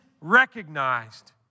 recognized